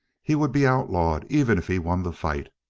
he would be outlawed even if he won the fight.